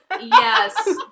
Yes